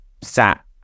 sat